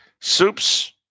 Soups